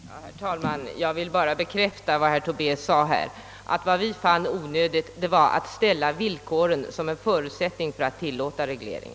Herr talman! Jag vill bara bekräfta att utskottet, såsom herr Tobé antog, fann onödigt att uppställa villkoret med en dokumentarisk undersökning som en förutsättning för att tillåta reglering.